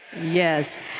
Yes